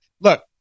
Look